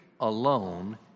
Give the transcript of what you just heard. alone